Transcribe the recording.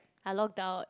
I logged out